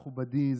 מכובדי,